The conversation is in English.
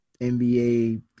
NBA